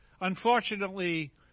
unfortunately